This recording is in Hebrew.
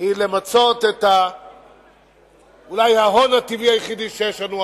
היא למצות אולי את ההון הטבעי היחידי שיש לנו,